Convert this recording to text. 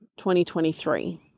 2023